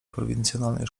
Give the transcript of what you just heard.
prowincjonalnej